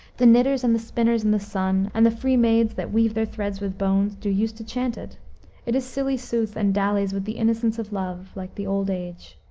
the knitters and the spinners in the sun and the free maids that weave their threads with bones do use to chant it it is silly sooth and dallies with the innocence of love like the old age.